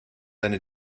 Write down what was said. eine